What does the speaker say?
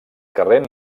carrer